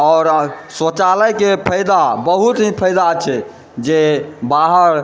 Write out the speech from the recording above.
आओर शौचालयके फायदा बहुत ही फायदा छै जे बाहर